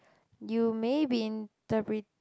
you may be interpreting